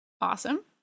Awesome